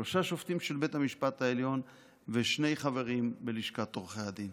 שלושה שופטים של בית המשפט העליון ושני חברים מלשכת עורכי הדין.